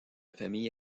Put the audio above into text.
famille